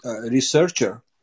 researcher